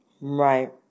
Right